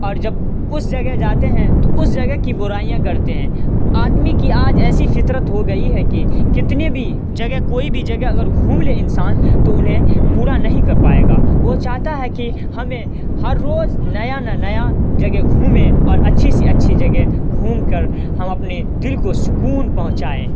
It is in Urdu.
اور جب اس جگہ جاتے ہیں تو اس جگہ کی برائیاں کرتے ہیں آدمی کی آج ایسی فطرت ہو گئی ہے کہ کتنے بھی جگہ کوئی بھی جگہ اگر گھوم لے انسان تو انہیں پورا نہیں کر پائے گا وہ چاہتا ہے کہ ہمیں ہر روز نیا نہ نیا جگہ گھومیں اور اچّھی سی اچھی جگہ گھوم کر ہم اپنے دل کو سکون پہنچائیں